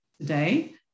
today